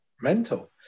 mental